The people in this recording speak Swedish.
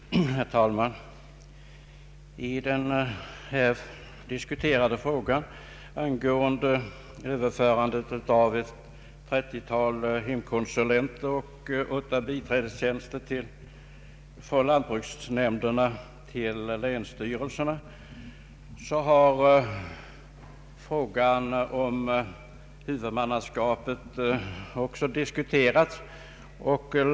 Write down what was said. Herr talman! I det nu diskuterade ärendet angående överförandet av ett 30-tal hemkonsulenter och åtta biträdestjänster från lantbruksnämnderna till länsstyrelserna har också frågan om huvudmannaskapet varit föremål för debatt.